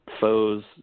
foes